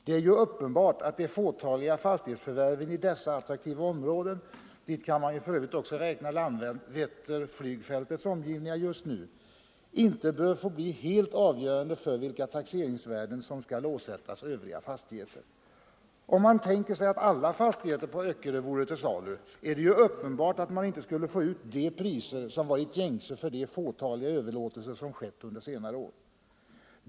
Det är ju uppenbart att de fåtaliga fastighetsförvärven i dessa attraktiva områden — dit för övrigt även Landvetterflygfältets omgivningar kan räknas just nu — inte bör få bli helt avgörande för vilka taxeringsvärden som skall åsättas övriga fastigheter. Om man tänker sig att alla fastigheter på Öckerö vore till salu är det ju uppenbart att ägarna inte skulle få ut de priser som varit gängse för de fåtaliga överlåtelser som har skett under senare år.